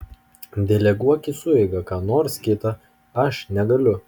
deleguok į sueigą ką nors kitą aš negaliu